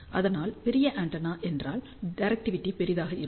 அதனால் பெரிய ஆண்டெனா என்றால் டிரெக்டிவிடி பெரியதாக இருக்கும்